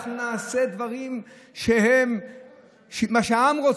אנחנו נעשה דברים שהעם רוצה.